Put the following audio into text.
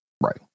Right